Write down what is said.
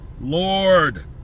lord